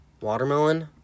Watermelon